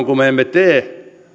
kuin me emme tee